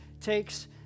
takes